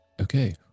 Okay